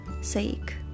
sake